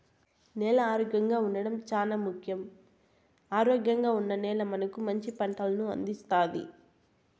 నేల ఆరోగ్యంగా ఉండడం చానా ముఖ్యం, ఆరోగ్యంగా ఉన్న నేల మనకు మంచి పంటలను అందిస్తాది